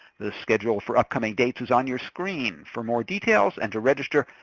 the schedule for upcoming dates is on your screen. for more details and to register,